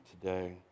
today